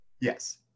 Yes